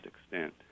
extent